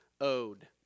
owed